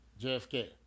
JFK